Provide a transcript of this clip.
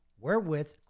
wherewith